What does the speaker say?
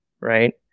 right